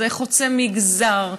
זה חוצה מגזרים,